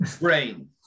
brain